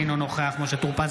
אינו נוכח משה טור פז,